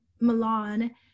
Milan